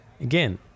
again